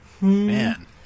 Man